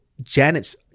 Janet's